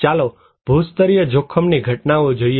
ચાલો ભૂસ્તરીય જોખમોની ઘટના જોઇએ